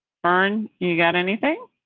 fine you got anything.